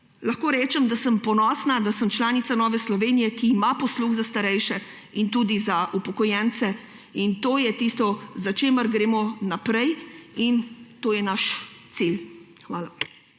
Lahko rečem, da sem ponosna, da sem članica Nove Slovenije, ki ima posluh za starejše in tudi za upokojence. To je tisto, čemur bomo sledili, in to je naš cilj. Hvala.